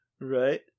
Right